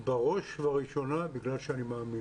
בראש ובראשונה שאני מאמין,